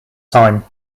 time